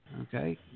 okay